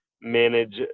manage